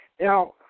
now